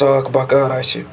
ژِٕ آکھ بَکار اسہِ